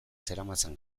zeramatzan